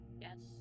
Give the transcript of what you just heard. yes